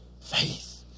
Faith